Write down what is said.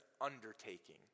undertaking